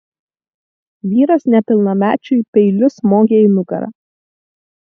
vyras nepilnamečiui peiliu smogė į nugarą